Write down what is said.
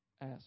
Ask